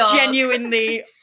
Genuinely